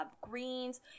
greens